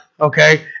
Okay